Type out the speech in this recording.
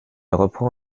reprend